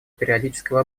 периодического